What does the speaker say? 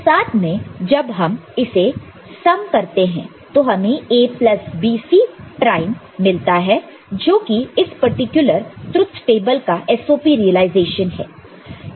तो साथ में जब हम इसे सम करते हैं तो हमें A plus B C prime मिलता है जो कि इस पर्टिकुलर ट्रुथ टेबल का SOP रिलाइजेशन है